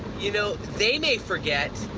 you know, they may forget,